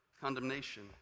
condemnation